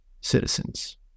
Citizens